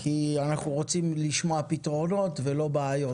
כי אנחנו רוצים לשמוע פתרונות ולא בעיות,